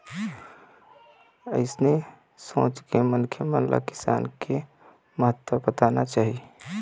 अइसन सोच के मनखे मन ल किसान मन के महत्ता बताना चाही